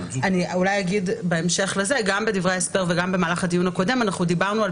אני אגיד בהמשך לכך שגם בדברי ההסבר וגם במהלך הדיון הקודם דיברנו על